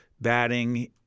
batting